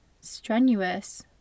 strenuous